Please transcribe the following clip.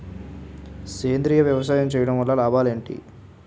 సేంద్రీయ వ్యవసాయం చేయటం వల్ల లాభాలు ఏంటి?